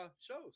shows